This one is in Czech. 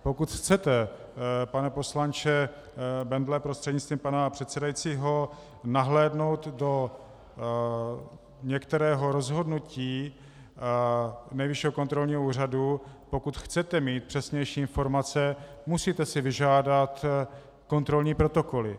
Pokud chcete, pane poslanče Bendle prostřednictvím pana předsedajícího, nahlédnout do některého rozhodnutí Nejvyššího kontrolního úřadu, pokud chcete mít přesnější informace, musíte si vyžádat kontrolní protokoly.